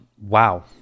wow